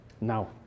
Now